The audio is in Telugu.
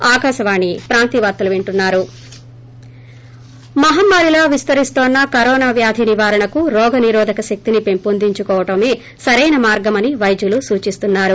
బ్రేక్ మహమ్మారిలా విస్తరిస్తోన్న కరోనా వ్యాధి నివారణకు రోగనిరోధక శక్తిని పెంపొందించుకోవడమే సరైన మార్గమని పైద్యులు సూచిస్తున్నారు